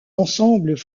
ensembles